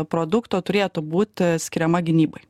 produkto turėtų būti skiriama gynybai